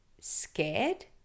scared